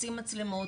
רוצים מצלמות,